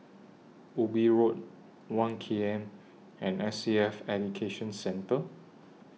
Ubi Road one K M and S A F Education Centre